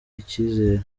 ikizere